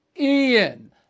Ian